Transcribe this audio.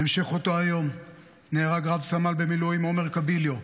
בהמשך אותו היום נהרג רב-סמל במילואים עומר קביליו,